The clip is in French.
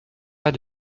pas